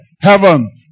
Heaven